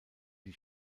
die